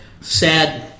sad